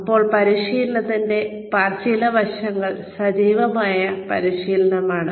ഇപ്പോൾ പരിശീലനത്തിന്റെ ചില വശങ്ങൾ സജീവമായ പരിശീലനമാണ്